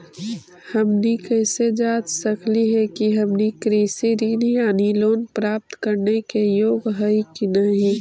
हमनी कैसे जांच सकली हे कि हमनी कृषि ऋण यानी लोन प्राप्त करने के योग्य हई कि नहीं?